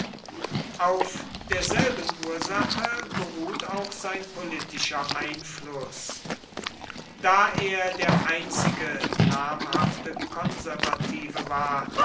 auf derselben ursache beruht auch sein politischer einfluß da er der einzige namhafte konservative war